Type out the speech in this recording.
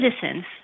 citizens